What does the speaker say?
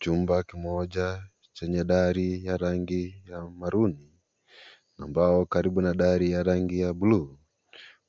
Chumba kimoja chenye dari ya rangi ya maruni ambayo karibu na dari ya rangi ya buluu